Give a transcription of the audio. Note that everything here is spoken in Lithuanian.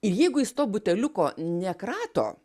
ir jeigu jis to buteliuko nekrato